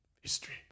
history